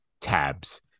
tabs